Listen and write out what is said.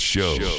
Show